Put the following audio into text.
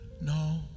No